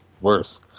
worse